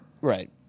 Right